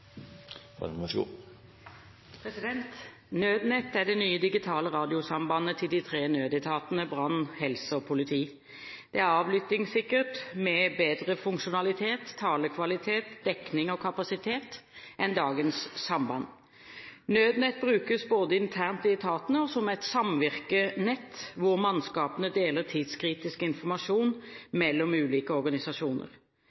det nye digitale radiosambandet til de tre nødetatene brann, helse og politi. Det er avlyttingssikkert, med bedre funksjonalitet, talekvalitet, dekning og kapasitet enn dagens samband. Nødnett brukes både internt i etatene og som et samvirkenett hvor mannskapene deler tidskritisk